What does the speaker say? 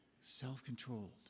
self-controlled